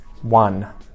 One